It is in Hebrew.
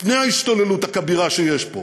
לפני ההשתוללות הכבירה שיש פה.